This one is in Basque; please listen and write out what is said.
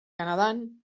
kanadan